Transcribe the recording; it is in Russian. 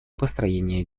построения